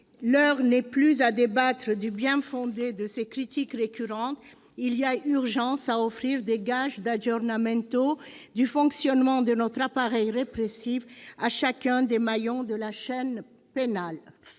l'heure n'est plus à débattre du bien-fondé de ces critiques récurrentes, il y a urgence à offrir des gages d'du fonctionnement de notre appareil répressif, à chacun des maillons de la chaîne pénale.